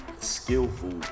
skillful